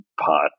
pot